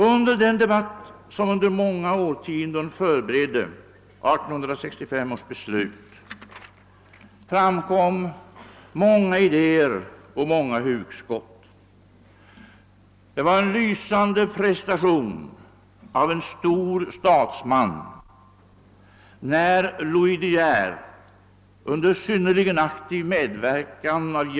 Under den debatt som under många årtionden förberedde 1865 års beslut framkom många idéer och många hugskott. Det var en lysande prestation av en stor statsman, när Louis De Geer under synnerligen aktiv medverkan av J.